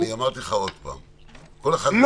אני אומר לך שוב- - לא.